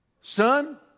Son